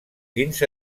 dins